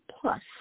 plus